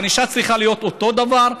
הענישה צריכה להיות אותו דבר,